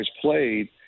played